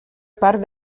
part